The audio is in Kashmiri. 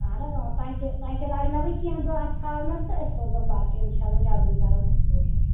اَہن حظ اۭں تۄہہِ تہِ تۄہہِ تہِ لگنَوٕ کیٚنٛہہ دۄہ اَتھ تھاونَس تہٕ أسۍ سوزو پرچہِ اِنشاء اللہ جلدی کرَو أسۍ کوٗشِش